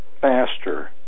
faster